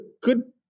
good